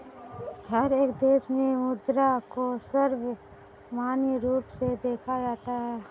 हर एक देश में मुद्रा को सर्वमान्य रूप से देखा जाता है